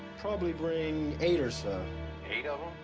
probably bring eight or so? eight of